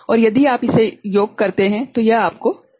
और यदि आप इसे योग करते हैं तो यह आपको 7 मिलेगा